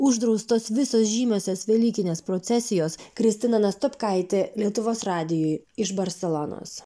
uždraustos visos žymiosios velykinės procesijos kristina nastopkaitė lietuvos radijui iš barselonos